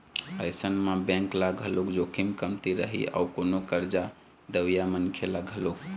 अइसन म बेंक ल घलोक जोखिम कमती रही अउ कोनो करजा देवइया मनखे ल घलोक